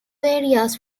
areas